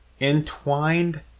Entwined